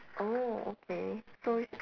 orh okay so